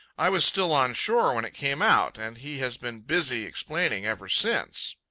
i was still on shore when it came out, and he has been busy explaining ever since.